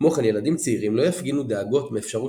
כמו כן ילדים צעירים לא יפגינו דאגות מאפשרות